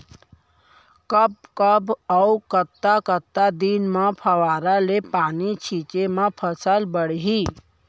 कब कब अऊ कतका कतका दिन म फव्वारा ले पानी छिंचे म फसल बाड़ही?